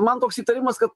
man toks įtarimas kad